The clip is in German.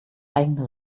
eigene